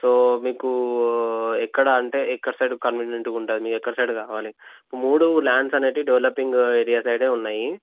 so మీకు ఎక్కడ అంటే ఎక్కడ సైడ్ కన్వీనియంట్గా ఉంటుంది మీకు ఎక్కడ సైడ్ కావాలి మూడు ల్యాండ్స్ అనేటివి డెవలపింగ్ ఏరియా సైడే ఉన్నాయి